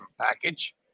package